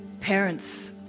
parents